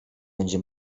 będzie